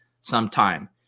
sometime